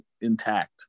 intact